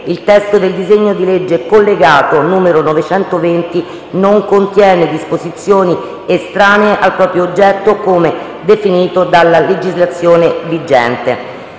il testo del disegno di legge collegato n. 920 non contiene disposizioni estranee al proprio oggetto come definito dalla legislazione vigente.